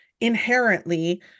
inherently